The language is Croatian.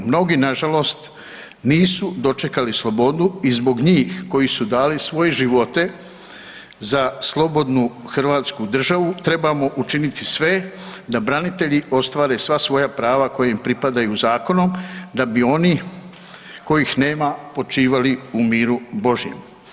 Mnogi na žalost nisu dočekali slobodu i zbog njih koji su dali svoje živote za slobodnu Hrvatsku državu trebamo učiniti sve da branitelji ostvare sva svoja prava koja im pripadaju zakonom, da bi oni kojih nema počivali u miru Božjem.